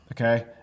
Okay